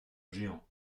géant